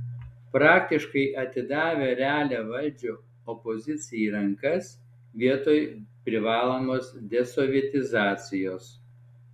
praktiškai atidavę realią valdžią opozicijai į rankas vietoj privalomos desovietizacijos